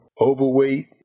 overweight